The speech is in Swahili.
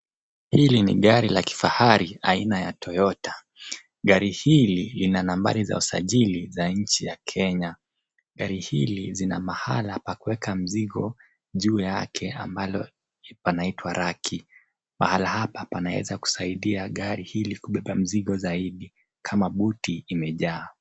Hili ni gari la kifahari aina ya Toyota . Gari hili lina nambari za usajili za nchi ya Kenya. Gari hili zina mahala pa kuweka mzigo juu yake ambalo panaitwa raki. Pahala hapa panaweza kusaidia gari hili kubeba mzigo zaidi kama buti imejaa.